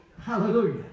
Hallelujah